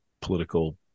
political